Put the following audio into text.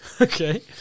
Okay